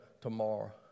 Tomorrow